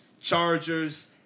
Chargers